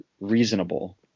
reasonable